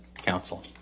Council